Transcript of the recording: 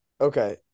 Okay